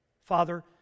Father